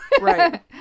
right